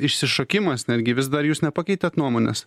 išsišokimas netgi vis dar jūs nepakeitėt nuomonės